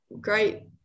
Great